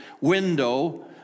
window